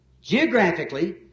geographically